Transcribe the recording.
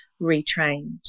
retrained